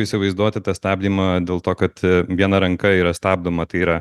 įsivaizduoti tą stabdymą dėl to kad viena ranka yra stabdoma tai yra